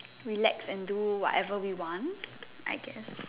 relax and do whatever we want I guess